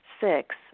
six